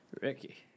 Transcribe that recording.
Ricky